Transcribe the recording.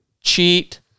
cheat